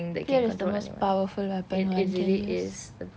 that is the most powerful weapon one can use